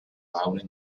laurea